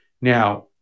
Now